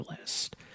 list